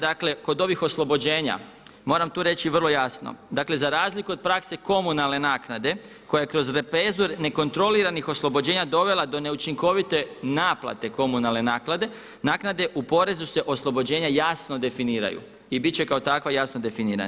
Dakle, kod ovih oslobođenja, moram tu reći vrlo jasno, dakle za razliku od prakse komunalne naknade koja je kroz … nekontroliranih oslobođenja dovela do neučinkovite naplate komunalne naknade u porezu se oslobođenja jasno definiraju i bit će kao takva jasno definirana.